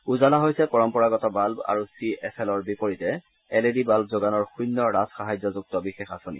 উজালা হৈছে পৰম্পৰাগত বাঘ আৰু চি এফ এলৰ বিপৰীতে এল ই ডি বাঘ্ব যোগানৰ শূন্য ৰাজসাহায্যযুক্ত বিশেষ আঁচনি